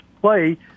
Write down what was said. play